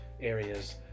areas